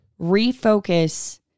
refocus